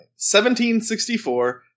1764